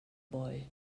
boy